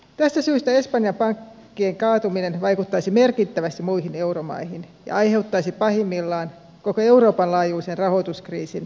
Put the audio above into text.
tästä syystä espanjan pankkien kaatuminen vaikuttaisi merkittävästi muihin euromaihin ja aiheuttaisi pahimmillaan koko euroopan laajuisen rahoituskriisin